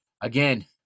Again